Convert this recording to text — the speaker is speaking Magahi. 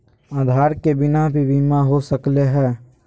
आधार के बिना भी बीमा हो सकले है?